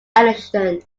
edition